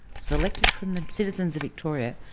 selected from the citizens of victoria,